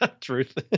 truth